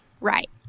Right